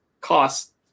cost